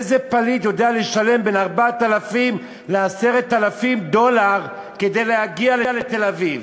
איזה פליט יודע לשלם בין 4,000 ל-10,000 דולר כדי להגיע לתל-אביב?